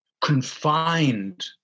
confined